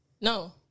No